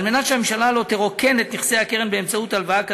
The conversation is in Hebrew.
על מנת שהממשלה לא תרוקן את נכסי הקרן באמצעות הלוואה כזו,